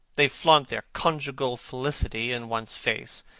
they flaunt their conjugal felicity in one's face,